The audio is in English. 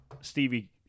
stevie